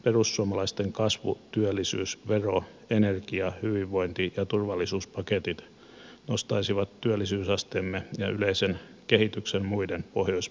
perussuomalaisten kasvu työllisyys vero energia hyvinvointi ja turvallisuuspaketit nostaisivat työllisyysasteemme ja yleisen kehityksen muiden pohjoismaiden tasolle